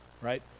right